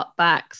cutbacks